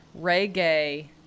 reggae